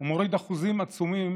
הוא מוריד אחוזים עצומים